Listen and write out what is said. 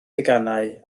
deganau